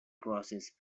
crosses